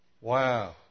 Wow